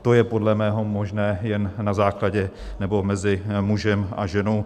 To je podle mého možné jen na základě nebo mezi mužem a ženou.